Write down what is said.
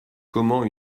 comment